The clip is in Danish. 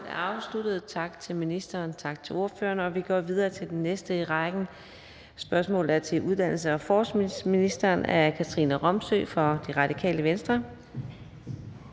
er afsluttet. Tak til ministeren, og tak til spørgeren. Vi går videre til det næste spørgsmål i rækken, som er til uddannelses- og forskningsministeren af Katrine Robsøe fra Radikale Venstre.